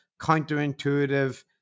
counterintuitive